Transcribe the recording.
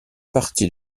partie